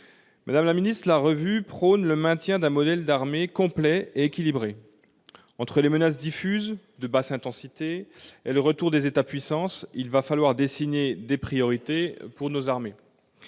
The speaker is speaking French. Madame la ministre, la revue prône le maintien d'un modèle d'armée complet et équilibré. Entre les menaces diffuses de basse intensité et le retour des États-puissance, il va falloir dessiner des priorités pour nos armées.